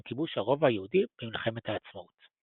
כיבוש הרובע היהודי במלחמת העצמאות.